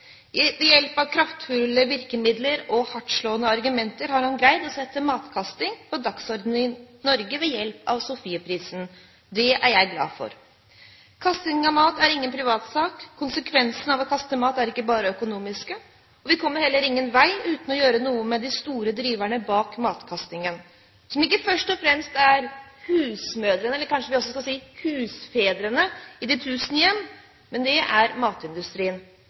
Ved hjelp av kraftfulle virkemidler og hardtslående argumenter har han greid å sette matkasting på dagsordenen i Norge ved hjelp av Sofieprisen. Det er jeg glad for. Kasting av mat er ingen privatsak. Konsekvensene av å kaste mat er ikke bare økonomiske. Vi kommer heller ingen vei uten å gjøre noe med de store driverne bak matkastingen, som ikke først og fremst er husmødrene – eller kanskje vi skal si husfedrene – i de tusen hjem, men det er matindustrien.